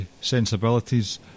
sensibilities